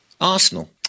Arsenal